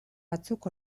batzuk